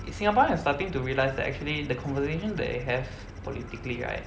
singaporeans are starting to realise that actually the conversations that they have politically right